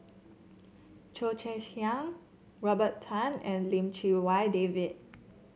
Cheo Chai Hiang Robert Tan and Lim Chee Wai David